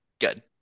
Good